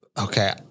Okay